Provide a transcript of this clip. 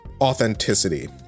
authenticity